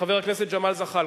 חבר הכנסת ג'מאל זחאלקה.